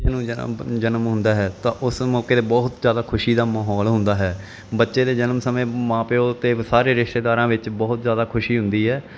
ਜਨਮ ਹੁੰਦਾ ਹੈ ਤਾਂ ਉਸ ਮੌਕੇ 'ਤੇ ਬਹੁਤ ਜ਼ਿਆਦਾ ਖੁਸ਼ੀ ਦਾ ਮਾਹੌਲ ਹੁੰਦਾ ਹੈ ਬੱਚੇ ਦੇ ਜਨਮ ਸਮੇਂ ਮਾਂ ਪਿਓ ਅਤੇ ਸਾਰੇ ਰਿਸ਼ਤੇਦਾਰਾਂ ਵਿੱਚ ਬਹੁਤ ਜ਼ਿਆਦਾ ਖੁਸ਼ੀ ਹੁੰਦੀ ਹੈ